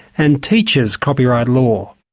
and teaches copyright law.